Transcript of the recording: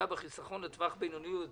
לטווח בינוני שהוא